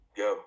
go